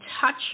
touch